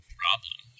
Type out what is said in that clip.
problem